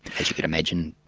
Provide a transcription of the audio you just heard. as you can imagine,